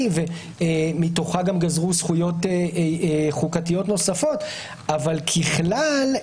ומתוכה גם גזרו זכויות חוקתיות נוספות אבל ככלל,